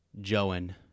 Joan